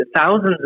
Thousands